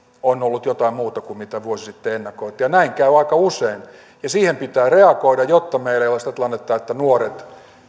on ollut jotain muuta kuin mitä vuosi sitten ennakoitiin ja näin käy aika usein siihen pitää reagoida jotta meillä ei ole sitä tilannetta että nuoret